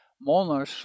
Molnar